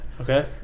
okay